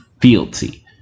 fealty